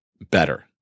better